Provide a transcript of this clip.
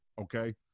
okay